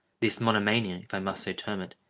this monomania, if i must so term it,